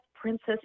princess